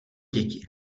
děti